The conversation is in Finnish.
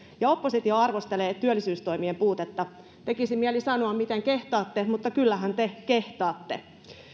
ja oppositio arvostelee työllisyystoimien puutetta tekisi mieli sanoa miten kehtaatte mutta kyllähän te kehtaatte